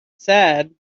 said